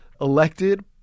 elected